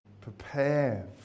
Prepare